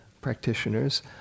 practitioners